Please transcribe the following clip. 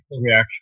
reaction